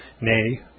nay